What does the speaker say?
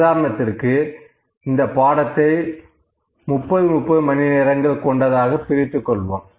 உதாரணத்திற்கு இந்த பாடத்தை 30 30 மணி நேரங்கள் கொண்டதாக பிரித்துக் கொள்வோம்